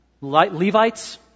Levites